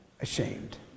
ashamed